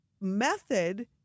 method